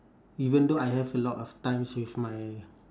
even though I have a lot of times with my